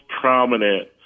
prominent